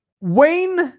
Wayne